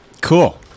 Cool